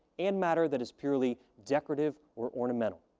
and matter that is purely decorative or ornamental.